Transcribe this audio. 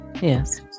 Yes